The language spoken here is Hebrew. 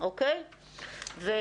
זה